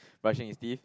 brushing his teeth